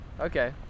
Okay